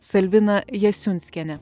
salviną jasiunskienę